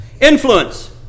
Influence